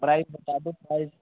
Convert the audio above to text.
price बता दो price